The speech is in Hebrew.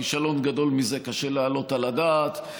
כישלון גדול מזה קשה להעלות על הדעת.